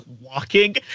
walking